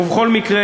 ובכל מקרה,